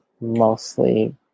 mostly